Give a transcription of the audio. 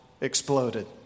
exploded